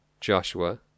Joshua